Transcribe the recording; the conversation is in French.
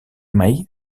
mai